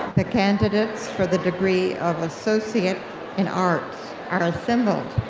the candidates for the degree of associate in arts are assembled,